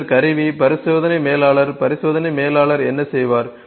பின்னர் கருவி பரிசோதனை மேலாளர் பரிசோதனை மேலாளர் என்ன செய்வார்